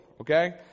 okay